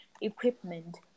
equipment